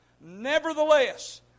nevertheless